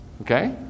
Okay